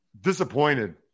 disappointed